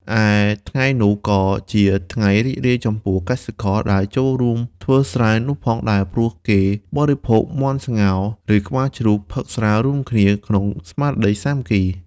ឯថ្ងៃនោះក៏ជាថ្ងៃរីករាយចំពោះកសិករ ដែលចូលរួមធ្វើស្រែនោះផងដែរ ព្រោះគេបរិភោគសាច់មាន់ស្ងោរ ឬ ក្បាលជ្រូក ផឹកស្រារួមគ្នា ក្នុងស្មារតីសាមគ្គី។